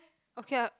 okay ah